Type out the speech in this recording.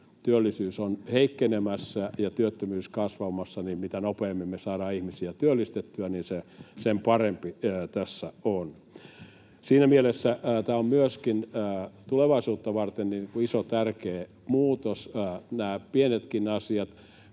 työllisyys on heikkenemässä ja työttömyys kasvamassa, ja mitä nopeammin me saadaan ihmisiä työllistettyä, sen parempi tässä on. Siinä mielessä nämä pienetkin asiat ovat myöskin tulevaisuutta varten isoja, tärkeitä muutoksia, että kun nämä